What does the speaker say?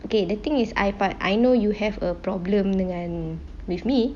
okay the thing is I know you have a problem dengan with me